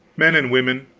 men and women,